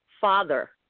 father